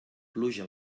pluja